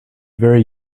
very